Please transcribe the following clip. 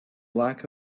lack